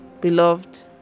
Beloved